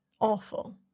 awful